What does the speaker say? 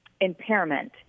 impairment